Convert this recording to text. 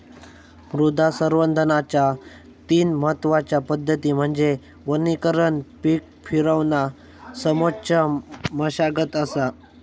मृदा संवर्धनाच्या तीन महत्वच्या पद्धती म्हणजे वनीकरण पीक फिरवणा समोच्च मशागत असा